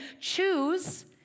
choose